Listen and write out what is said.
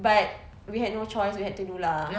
but we had no choice we had to do lah